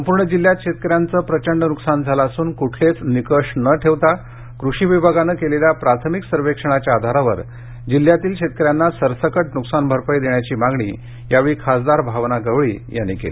संपूर्ण जिल्हयात शेतक यांचं प्रचंड नुकसान झालं असून कुठलेच निकष न ठेवता कृषी विभागानं केलेल्या प्राथमिक सर्वेक्षणाच्या आधारावर जिल्हयातील शेतक यांना सरसकट न्कसान भरपाई देण्याची मागणी यावेळी खासदार भावना गवळी यांनी केली